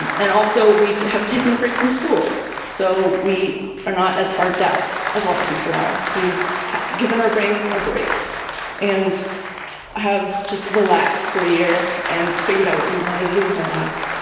and and also, we have taken a break from school so we are not as burnt out as a lot of people are. we given our brains a break and have just relaxed for a year and figured out what we wanted to do with our lives.